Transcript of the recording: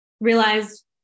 realized